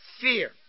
Fear